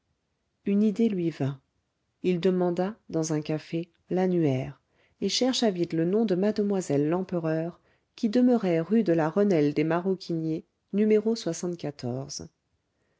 une idée lui vint il demanda dans un café l'annuaire et chercha vite le nom de mademoiselle lempereur qui demeurait rue de la renelle des maroquiniers n